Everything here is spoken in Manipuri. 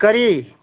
ꯀꯔꯤ